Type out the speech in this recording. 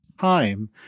time